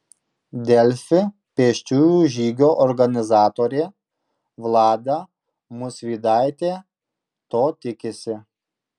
delfi pėsčiųjų žygio organizatorė vlada musvydaitė to tikisi